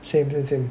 same same same